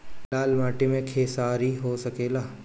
लाल माटी मे खेसारी हो सकेला?